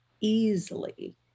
easily